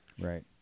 Right